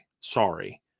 Sorry